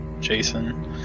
jason